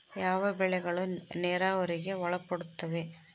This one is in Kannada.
ಯಾವ ಬೆಳೆಗಳು ನೇರಾವರಿಗೆ ಒಳಪಡುತ್ತವೆ?